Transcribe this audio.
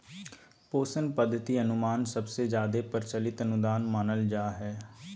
पोषण पद्धति अनुमान सबसे जादे प्रचलित अनुदान मानल जा हय